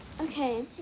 Okay